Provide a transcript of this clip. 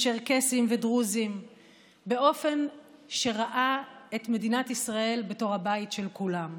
צ'רקסים ודרוזים באופן שראה את מדינת ישראל בתור הבית של כולם.